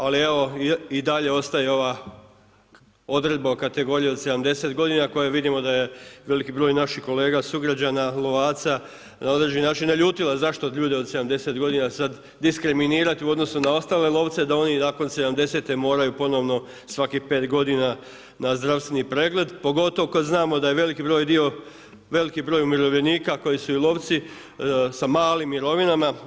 Ali evo i dalje ostaje ova odredba o kategorija od 70 godina koju vidimo da je veliki broj naših kolega sugrađana lovaca na određeni način naljutila zašto ljude od 70 godina sada diskriminirati u odnosu na ostale lovce da oni nakon 70-te moraju ponovno svakih 5 godina na zdravstveni pregled, pogotovo kada znamo da je veliki broj umirovljenika koji su i lovci sa malim mirovinama.